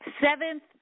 seventh